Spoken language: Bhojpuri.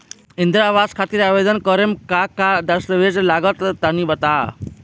इंद्रा आवास खातिर आवेदन करेम का का दास्तावेज लगा तऽ तनि बता?